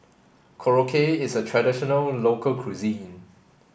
Korokke is a traditional local cuisine